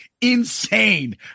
insane